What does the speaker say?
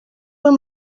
amb